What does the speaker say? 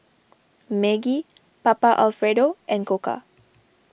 Maggi Papa Alfredo and Koka